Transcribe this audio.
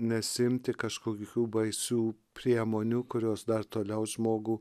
nesiimti kažkokių baisių priemonių kurios dar toliau žmogų